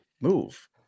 move